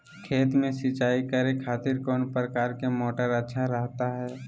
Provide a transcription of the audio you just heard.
खेत में सिंचाई करे खातिर कौन प्रकार के मोटर अच्छा रहता हय?